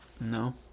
No